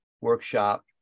workshop